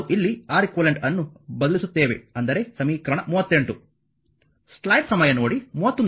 ನಾವು ಇಲ್ಲಿ R eq ಅನ್ನು ಬದಲಿಸುತ್ತೇವೆ ಅಂದರೆ ಸಮೀಕರಣ 38